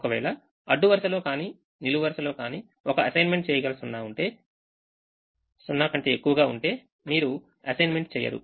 ఒకవేళ అడ్డు వరుసలో కానీ నిలువు వరుసలో కానీ ఒక అసైన్మెంట్ చేయగల సున్నా కంటే ఎక్కువగా ఉంటే మీరు అసైన్మెంట్ చేయరు